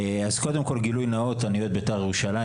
גילוי נאות, אני אוהד בית"ר ירושלים.